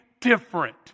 different